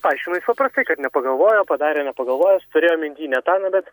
paaiškino jis paprastai kad nepagalvojo padarė nepagalvojęs turėjo minty ne tą nu bet